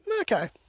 okay